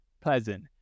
pleasant